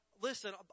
listen